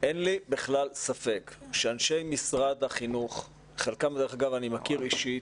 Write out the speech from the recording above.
אין לי בכלל ספק שאנשי משרד החינוך שאת חלקם אני גם מכיר אישית